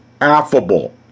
affable